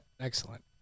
Excellent